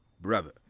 brother